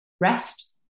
rest